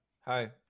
hi